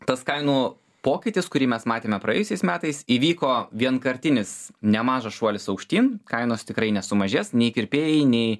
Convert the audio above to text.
tas kainų pokytis kurį mes matėme praėjusiais metais įvyko vienkartinis nemažas šuolis aukštyn kainos tikrai nesumažės nei kirpėjai nei